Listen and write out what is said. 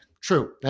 true